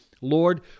Lord